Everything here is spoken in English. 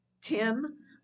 Tim